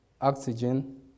oxygen